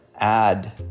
add